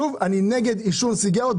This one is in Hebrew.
אני נגד עישון סיגריות,